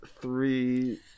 three